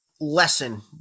lesson